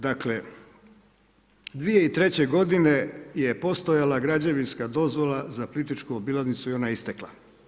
Dakle, 2003. godine je postojala građevinska dozvola za plitvičku obilaznicu i ona je istekla.